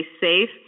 safe